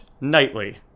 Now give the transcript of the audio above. nightly